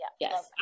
Yes